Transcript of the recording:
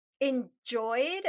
enjoyed